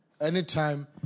Anytime